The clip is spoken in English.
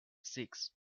six